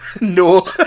no